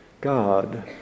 God